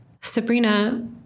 Sabrina